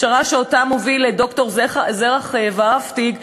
פשרה שאותה הוביל ד"ר זרח ורהפטיג,